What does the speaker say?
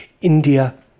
India